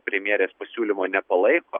premjerės pasiūlymo nepalaiko